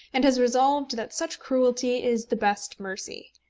and has resolved that such cruelty is the best mercy.